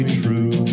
true